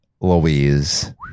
Louise